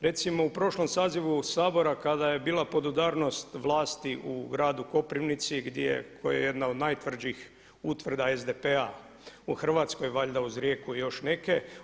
Recimo u prošlom sazivu Sabora kada je bila podudarnost vlasti u gradu Koprivnici koja je jedna od najtvrđih utvrda SDP-a u Hrvatskoj, valjda uz Rijeku i još neke.